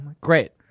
Great